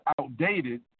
outdated